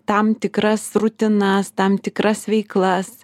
tam tikras rutinas tam tikras veiklas